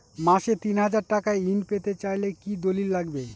মাসে তিন হাজার টাকা ঋণ পেতে চাইলে কি দলিল লাগবে?